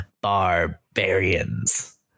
Barbarians